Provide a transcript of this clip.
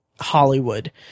Hollywood